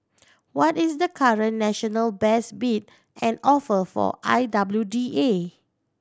what is the current national best bid and offer for I W D A